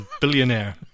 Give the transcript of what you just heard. billionaire